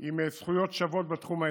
עם זכויות שוות בתחום האזרחי.